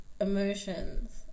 emotions